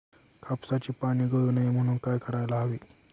कापसाची पाने गळू नये म्हणून काय करायला हवे?